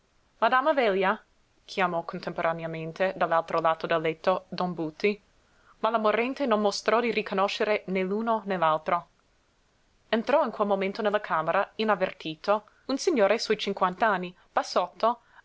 madama velia chiamò contemporaneamente dall'altro lato del letto don buti ma la morente non mostrò di riconoscere né l'uno né l'altro entrò in quel momento nella camera inavvertito un signore su i cinquant'anni bassotto